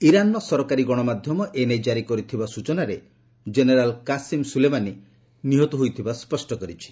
ଇରାନ୍ର ସରକାରୀ ଗଣମାଧ୍ୟମ ଏ ନେଇ ଜାରି କରିଥିବା ସ୍ବଚନାରେ ଜେନେରାଲ୍ କାସିମ ସୁଲେମାନୀ ନିହତ ହୋଇଥିବା ସ୍ୱଷ୍ଟ କରିଛନ୍ତି